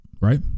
right